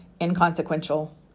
inconsequential